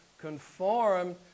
conformed